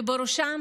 ובראשם